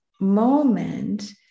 moment